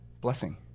Blessing